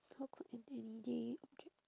how could an everyday object